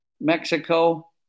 Mexico